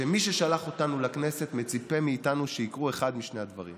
שמי ששלח אותנו לכנסת מצפה מאיתנו שיקרה אחד משני הדברים.